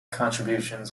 contributions